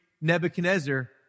Nebuchadnezzar